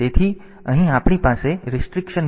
તેથી અહીં આપણી પાસે પ્રતિબંધ નથી